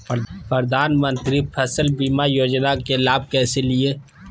प्रधानमंत्री फसल बीमा योजना के लाभ कैसे लिये?